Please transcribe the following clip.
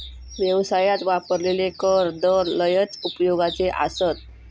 व्यवसायात वापरलेले कर दर लयच उपयोगाचे आसत